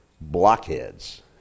blockheads